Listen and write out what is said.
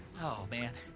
oh, man,